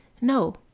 No